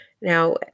Now